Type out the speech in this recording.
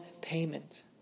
payment